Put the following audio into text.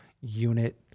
unit